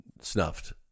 snuffed